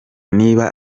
niba